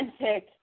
authentic